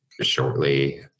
shortly